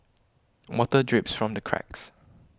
water drips from the cracks